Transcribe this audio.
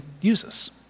uses